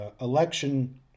election